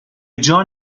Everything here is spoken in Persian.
جان